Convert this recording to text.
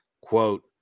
quote